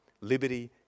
liberty